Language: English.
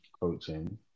coaching